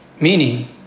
meaning